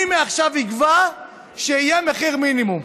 אני מעכשיו אקבע שיהיה מחיר מינימום.